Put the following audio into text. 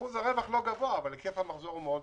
אחוז הרווח לא גבוה אבל היקף המחזור מאוד גבוה,